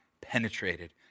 penetrated